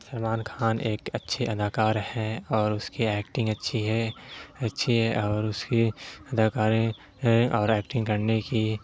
سلمان کھان ایک اچھے اداکار ہیں اور اس کی ایکٹنگ اچھی ہے اچھی ہے اور اس کی اداکاری اور ایکٹنگ کرنے کی